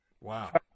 Wow